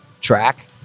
track